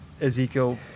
Ezekiel